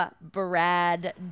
Brad